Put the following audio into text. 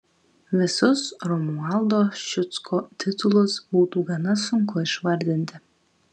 visus romualdo ščiucko titulus būtų gana sunku išvardinti